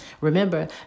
Remember